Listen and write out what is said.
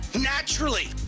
naturally